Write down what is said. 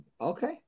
okay